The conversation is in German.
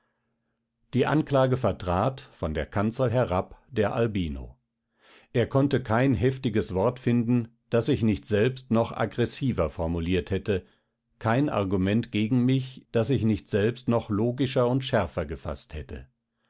die anklage vertrat von der kanzel herab der albino er konnte kein heftiges wort finden das ich nicht selbst noch aggressiver formuliert hätte kein argument gegen mich das ich nicht selbst noch logischer und schärfer gefaßt hätte